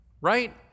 right